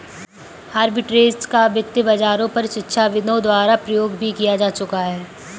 arbitrage का वित्त बाजारों पर शिक्षाविदों द्वारा प्रयोग भी किया जा चुका है